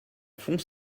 font